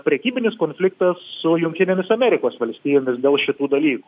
prekybinis konfliktas su jungtinėmis amerikos valstijomis dėl šitų dalykų